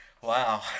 Wow